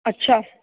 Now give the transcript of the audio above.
अच्छा